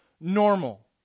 normal